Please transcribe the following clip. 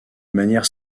manière